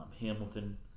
Hamilton